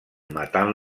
matant